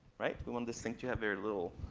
we want this thing to have very little